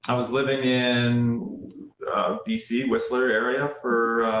um was living in bc, whistler area for.